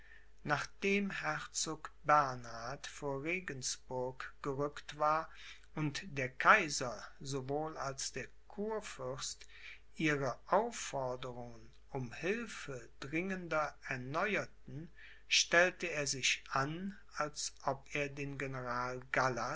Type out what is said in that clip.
nachdem herzog bernhard vor regensburg gerückt war und der kaiser sowohl als der kurfürst ihre aufforderungen um hilfe dringender erneuerten stellte er sich an als ob er den general